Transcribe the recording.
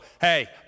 hey